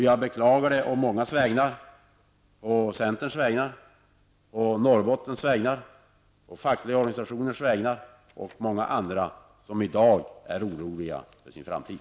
Jag gör det å mångas vägnar, å centerns, Norrbottens, fackliga organisationers och många andras vägnar som i dag är oroliga för sin framtid.